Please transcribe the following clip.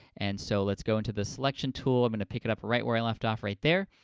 and so let's go into the selection tool. i'm gonna pick it up right where i left off, right there,